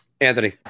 Anthony